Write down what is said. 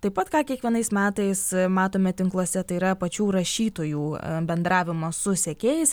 taip pat ką kiekvienais metais matome tinkluose tai yra pačių rašytojų bendravimas su sekėjais